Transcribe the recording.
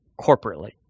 corporately